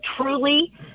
truly